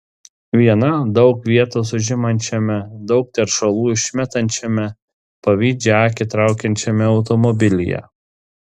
viena daug vietos užimančiame daug teršalų išmetančiame pavydžią akį traukiančiame automobilyje